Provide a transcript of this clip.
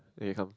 here it come